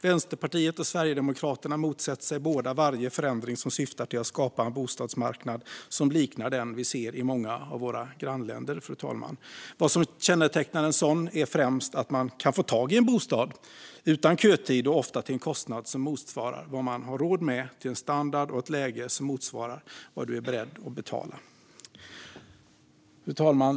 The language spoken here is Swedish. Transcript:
Vänsterpartiet och Sverigedemokraterna motsätter sig båda varje förändring som syftar till att skapa en bostadsmarknad som liknar den vi ser i många av våra grannländer, fru talman. Vad som kännetecknar en sådan marknad är främst att man kan få tag i en bostad utan kötid, ofta till en kostnad som motsvarar vad man har råd med och med en standard och ett läge som motsvarar vad man är beredd att betala. Fru talman!